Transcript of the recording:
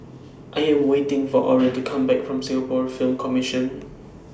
I Am waiting For Oren to Come Back from Singapore Film Commission